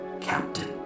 Captain